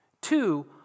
Two